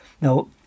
Now